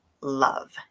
love